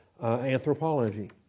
anthropology